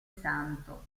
santo